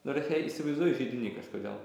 na ir aš ją įsivaizduoju židiny kažkodėl